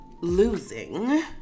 losing